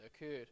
occurred